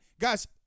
Guys